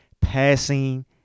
passing